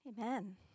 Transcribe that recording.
Amen